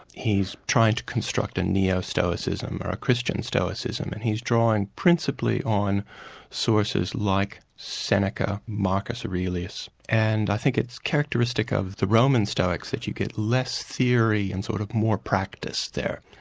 he's tried to construct a neo-stoicism, and a christian stoicism, and he's drawing principally on sources like seneca, marcus aurelius and i think it's characteristic of the roman stoics that you get less theory and sort of more practice there.